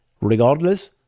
Regardless